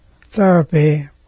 therapy